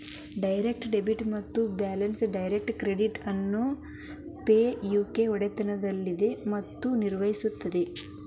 direct debit ಮತ್ತು bacs direct credit ಅನ್ನು pay U K ಒಡೆತನದಲ್ಲಿದೆ ಮತ್ತು ನಿರ್ವಹಿಸುತ್ತದೆ